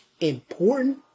important